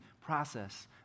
process